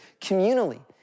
communally